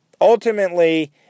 ultimately